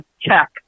check